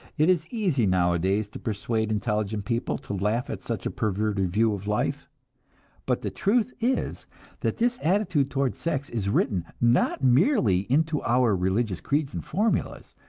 it is easy nowadays to persuade intelligent people to laugh at such a perverted view of life but the truth is that this attitude toward sex is written, not merely into our religious creeds and formulas,